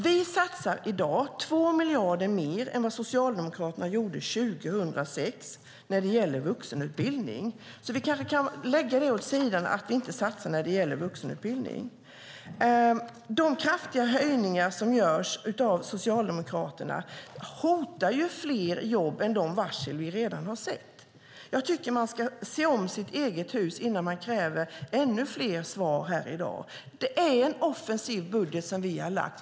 Vi satsar i dag 2 miljarder mer än vad Socialdemokraterna gjorde 2006 på vuxenutbildning. Vi kanske lägga det åt sidan att vi inte satsar på vuxenutbildning. De kraftiga höjningar som Socialdemokraterna vill göra hotar ju fler jobb än de varsel vi redan har sett. Jag tycker att man ska se om sitt eget hus innan man kräver ännu fler svar här i dag. Det är en offensiv budget som vi har lagt fram.